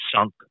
sunk